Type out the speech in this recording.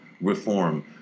reform